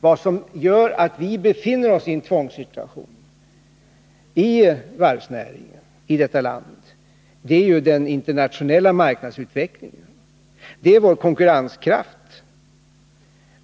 Vad som gör att vi befinner oss i en tvångssituation när det gäller varvsnäringen i detta land det är den internationella marknadsutvecklingen och det är vår bristande konkurrenskraft.